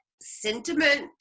sentiment